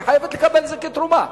היא חייבת לקבל את זה כתרומה.